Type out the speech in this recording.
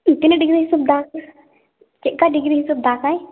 ᱛᱤᱱᱟᱹᱜ ᱰᱤᱜᱨᱤ ᱦᱤᱥᱟᱹᱵ ᱫᱟᱜᱟ ᱪᱮᱫ ᱞᱮᱠᱟ ᱰᱤᱜᱨᱤ ᱦᱤᱥᱟᱹᱵ ᱫᱟᱜᱟᱭ